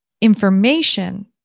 information